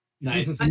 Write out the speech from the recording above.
Nice